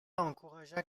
encouragea